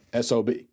SOB